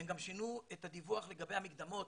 הן גם שינו את הדיווח לגבי המקדמות,